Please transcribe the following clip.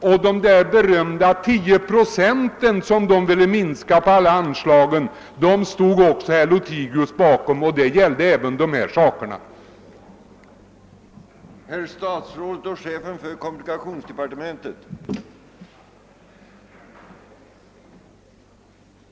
Bakom de berömda 10 procent som högerpartiet ville minska på alla anslag stod även herr Lothigius, och dessa minskningar gällde även sådana saker som vi nu talar om.